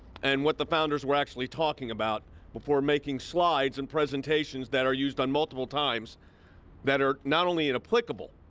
and what the founders were actually talking about before making slides and presentations that are used on multiple times that are not only inapplicable,